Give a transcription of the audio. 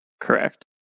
Correct